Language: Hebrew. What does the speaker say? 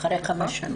אחרי חמש שנים.